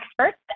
experts